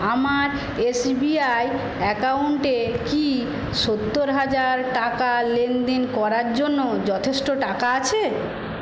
আমার এসবিআই অ্যাকাউন্টে কি সত্তর হাজার টাকা লেনদেন করার জন্য যথেষ্ট টাকা আছে